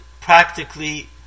practically